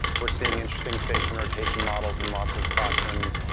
we're seeing interesting station-rotation models in lots of classrooms.